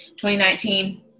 2019